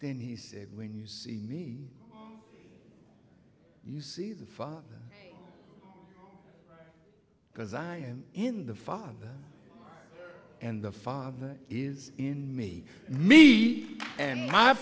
then he said when you see me you see the father because i am in the father and the father is in me and me and my